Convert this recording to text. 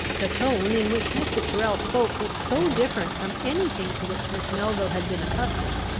the tone in which mr. tyrrel spoke was so different from any thing to which miss melville had been accustomed,